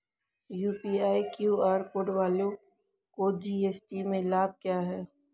UPI QR code वालों को GST में लाभ क्या है?